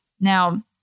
Now